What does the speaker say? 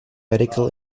medical